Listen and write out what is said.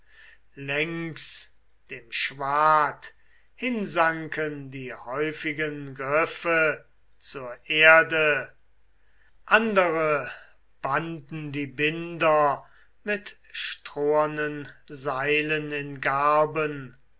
längs dem schwad hinsanken die häufigen griffe zur erde andere banden die binder mit strohernen seilen in garben